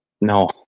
No